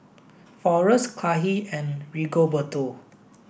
Forest Kahlil and Rigoberto